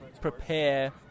prepare